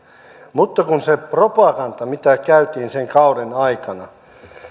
mutta kun se propaganda käytiin sen kauden aikana tämä